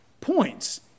points